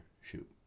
shoot